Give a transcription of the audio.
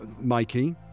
Mikey